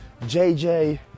JJ